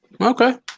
Okay